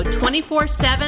24-7